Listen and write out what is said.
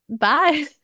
Bye